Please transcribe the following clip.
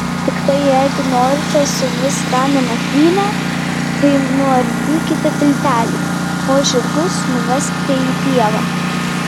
tiktai jeigu norite suvis ramią nakvynę tai nuardykite tiltelį o žirgus nuveskite į pievą